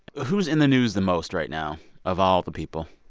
who's in the news the most right now of all the people?